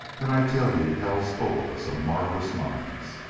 then i tell you hell's full of some marvelous minds!